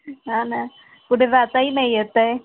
हां ना कुठे जाताही नाही येत आहे